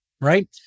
right